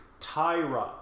Tyra